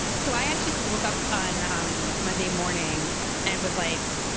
so i actually woke up on um monday morning and was like,